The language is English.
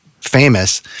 famous